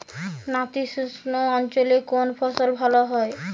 নাতিশীতোষ্ণ অঞ্চলে কোন ফসল ভালো হয়?